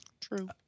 True